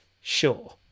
sure